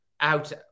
out